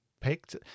picked